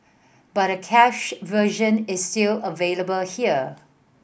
but a cached version is still available here